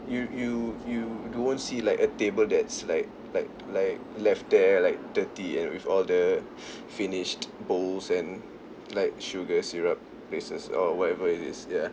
you you you don't see like a table that's like like like left there like dirty and with all the finished bowls and like sugar syrup places or whatever it is ya